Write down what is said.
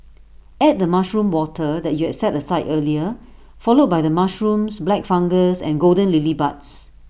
add the mushroom water that you had set aside earlier followed by the mushrooms black fungus and golden lily buds